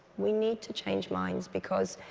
we need to change minds, because